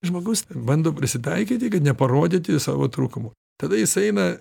žmogus bando prisitaikyti kad neparodyti savo trūkumų tada jis eina